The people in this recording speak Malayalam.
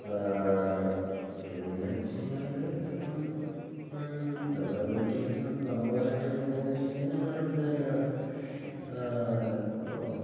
പിന്നെ വെച്ച് കഴിഞ്ഞാൽ ഇപ്പം നമ്മുടെ വണ്ടിയിൽ ഇപ്പം ഇപ്പം നമ്മൾ ആയിട്ട് തുടങ്ങി വെച്ച് കഴിഞ്ഞാൽ നമ്മൾ ആയിട്ട് തുടങ്ങിയത് തന്നെയാണ് ഇപ്പോൾ